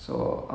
!wow!